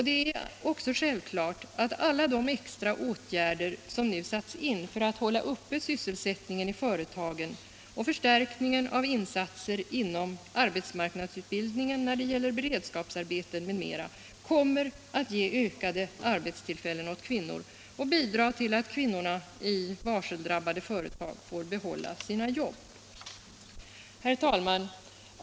Det är också självklart att alla de extra åtgärder som nu satts in för att hålla uppe sysselsättningen i företagen och förstärkningen av insatser inom arbetsmarknadsutbildningen när det gäller beredskapsarbeten m.m. kommer att ge ökade arbetstillfällen åt kvinnor och bidra till att kvinnorna i varseldrabbade företag får behålla sina jobb. Herr talman!